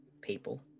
people